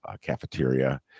cafeteria